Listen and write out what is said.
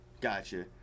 Gotcha